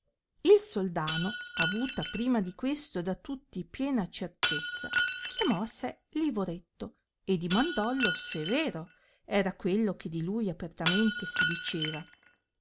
il soldano avuta prima di questo da tutti piena certezza chiamò a sé livoretto e dimandoìlo se vero era quello che di lui apertamente si diceva